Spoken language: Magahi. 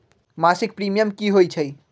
मासिक प्रीमियम की होई छई?